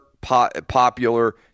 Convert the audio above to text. popular